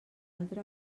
altra